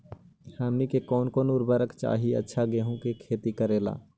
हमनी के कौन कौन उर्वरक चाही अच्छा गेंहू के खेती करेला?